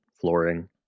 flooring